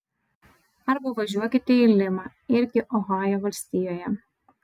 arba važiuokite į limą irgi ohajo valstijoje